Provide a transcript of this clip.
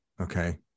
Okay